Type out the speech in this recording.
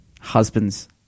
husbands